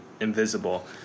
invisible